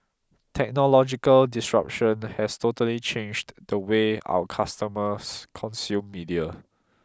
technological disruption has totally changed the way our customers consume media